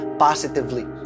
Positively